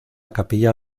capilla